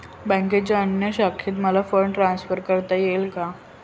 बँकेच्या अन्य शाखेत मला फंड ट्रान्सफर करता येईल का?